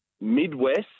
Midwest